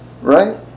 Right